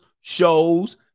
shows